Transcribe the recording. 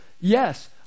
yes